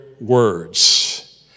words